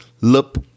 Lup